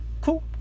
Cool